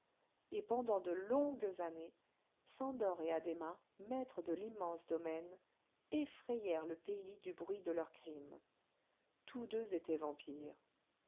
et pendant de longues années szandor et addhéma maîtres de l'immense domaine effrayèrent le pays du bruit de leurs crimes tous deux étaient vampires